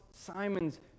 Simon's